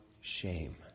shame